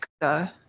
go